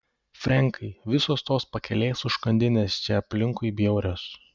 frenkai visos tos pakelės užkandinės čia aplinkui bjaurios